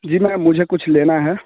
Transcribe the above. जी ma'am मुझे कुछ लेना है